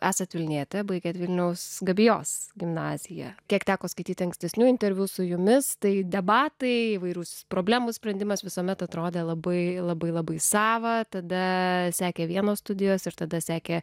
esat vilnietė baigė vilniaus gabijos gimnaziją kiek teko skaityti ankstesnių interviu su jumis tai debatai įvairūs problemos sprendimas visuomet atrodė labai labai labai sava tada sekė vienos studijos ir tada sekė